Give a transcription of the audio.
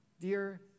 dear